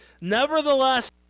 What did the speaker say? Nevertheless